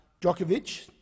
Djokovic